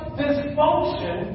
dysfunction